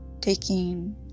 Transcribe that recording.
taking